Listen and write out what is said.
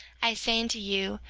i say unto you,